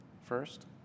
first